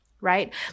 right